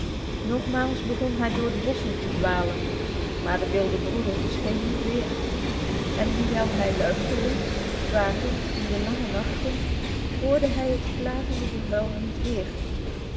nogmaals begon hij door de bossen te dwalen maar de wilde broeder verscheen niet weer en hoewel hij luisterde wakend in de lange nachten hoorde hij het klagende gehuil niet weer